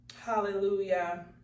Hallelujah